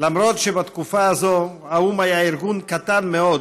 70 שנים להחלטת האו"ם בכ"ט בנובמבר,